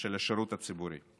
של השירות הציבורי.